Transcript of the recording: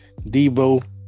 Debo